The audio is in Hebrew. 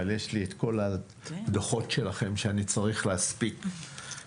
אבל יש לי את כל הדוחות שלכם שאני צריך להספיק לעשות.